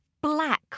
black